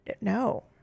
No